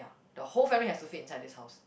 ya the whole family has to fit inside this house